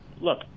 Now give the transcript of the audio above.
look